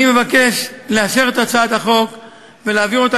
אני מבקש לאשר את הצעת החוק ולהעביר אותה